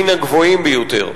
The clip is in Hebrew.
מן הגבוהים ביותר.